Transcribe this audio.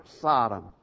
Sodom